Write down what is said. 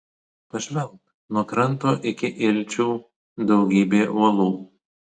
pažvelk nuo kranto iki ilčių daugybė uolų